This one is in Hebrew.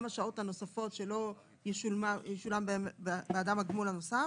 השעות הנוספות שלא ישולם בעדן הגמול הנוסף,